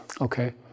okay